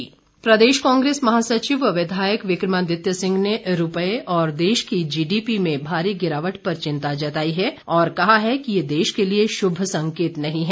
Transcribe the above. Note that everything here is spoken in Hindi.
विक्रमादित्य प्रदेश कांग्रेस महासचिव व विधायक विक्रमादित्य सिंह ने रूपये और देश की जीडीपी में भारी गिरावट पर चिंता जताई है और कहा है कि ये देश के लिए शुभ संकेत नहीं है